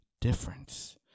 difference